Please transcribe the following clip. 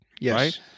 Yes